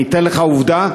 אני אתן לך עובדה,